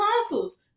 tonsils